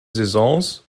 saisons